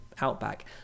outback